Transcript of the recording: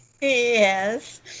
Yes